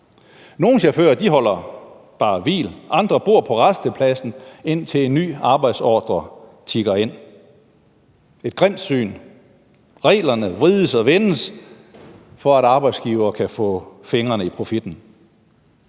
Nogle chauffører holder bare hvil, andre bor på rastepladsen, indtil en ny arbejdsordre tikker ind. Det er et grimt syn. Reglerne vrides og vendes, for at arbejdsgiverne kan få fingrene i profitten.